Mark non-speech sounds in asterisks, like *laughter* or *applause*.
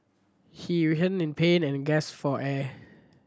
he *unintelligible* in pain and gas for air